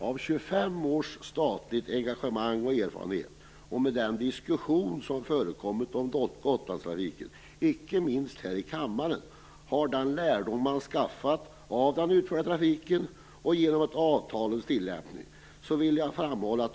Genom 25 års statligt engagemang och erfarenhet och med den diskussion som har förekommit om Gotlandstrafiken, icke minst här i kammaren, har man skaffat sig lärdom om denna trafik och om avtalens tillämpning.